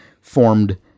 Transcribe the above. formed